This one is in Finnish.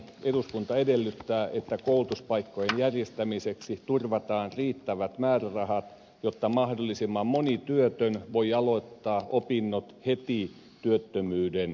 eduskunta edellyttää että koulutuspaikkojen järjestämiseksi turvataan riittävät määrärahat jotta mahdollisimman moni työtön voi aloittaa opinnot heti työttömyyden alettua